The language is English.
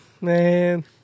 Man